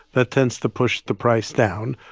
that tends to push the price down.